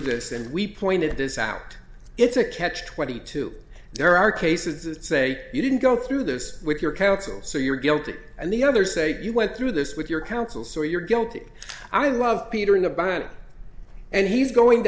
this and we pointed this out it's a catch twenty two there are cases that say you didn't go through this with your counsel so you're guilty and the other say you went through this with your counsel so you're guilty i love peter in about it and he's going to